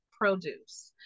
produce